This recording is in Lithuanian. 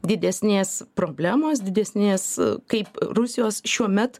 didesnės problemos didesnės kaip rusijos šiuo met